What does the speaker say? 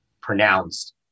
pronounced